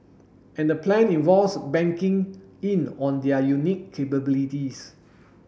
and the plan involves banking in on their unique capabilities